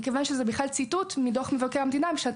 מכיוון שזה ציטוט מתוך דוח מבקר המדינה משנת